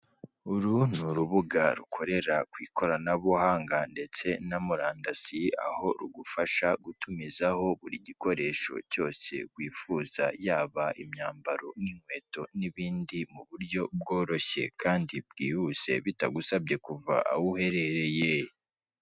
Uru ni urubuga rukorera ku ikoranabuhanga ndetse na murandasi, aho rugufasha gutumizaho buri gikoresho cyose wifuza, yaba imyambaro n'inkweto n'ibindi mu buryo bworoshye kandi bwihuse, bitagusabye kuva aho uherereye.